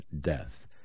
death